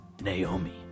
Naomi